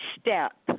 step